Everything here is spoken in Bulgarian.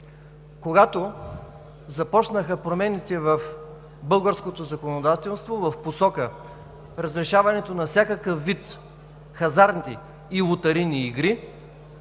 когато започнаха промените в българското законодателство в посока разрешаването на всякакъв вид хазартни и лотарийни игри,